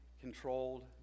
controlled